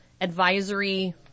Advisory